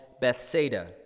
Bethsaida